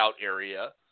area